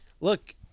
look